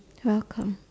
welcome